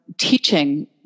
teaching